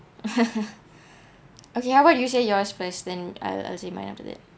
okay how about you say yours first then I I'll say mine after that